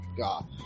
God